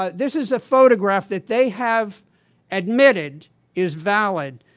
ah this is a photograph that they have admitted is valid,